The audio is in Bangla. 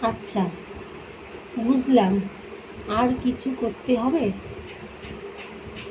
আচ্ছা বুঝলাম আর কিছু করতে হবে